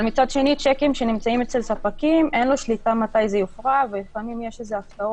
מצד שני, אין לו שליטה מתי יופרעו שיקים